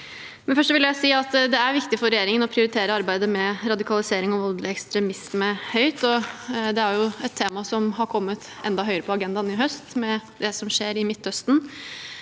Først vil jeg si at det er viktig for regjeringen å prioritere arbeidet med radikalisering og voldelig ekstremisme høyt. Det er et tema som har kommet enda høyere på agendaen i høst, med det som skjer i Midtøsten.